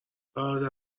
برادر